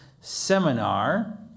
seminar